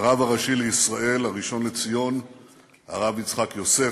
הרב הראשי לישראל הראשון לציון הרב יצחק יוסף,